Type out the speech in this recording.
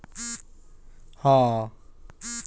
गांव में तअ लोग आपन बहुते काम लोन लेके करत हवे